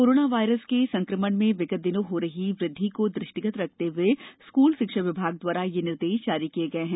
corona virus के संक्रमण में विगत दिनों में हो रही वृद्धि को दृष्टिगत रखते हुए स्कूल शिक्षा विभाग द्वारा यह निर्देश जारी किये गये हैं